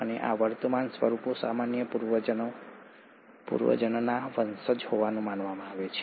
અને આ વર્તમાન સ્વરૂપો સામાન્ય પૂર્વજના વંશજ હોવાનું માનવામાં આવે છે